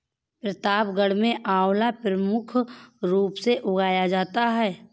प्रतापगढ़ में आंवला प्रमुख रूप से उगाया जाता है